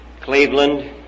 Cleveland